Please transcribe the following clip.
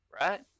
right